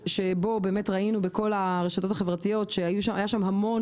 שבו באמת ראינו בכל הרשתות החברתיות שהיו שם.